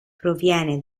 proviene